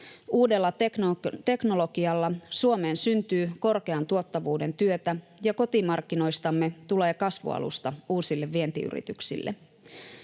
Uudella teknologialla Suomeen syntyy korkean tuottavuuden työtä ja kotimarkkinoistamme tulee kasvualusta uusille vientiyrityksille.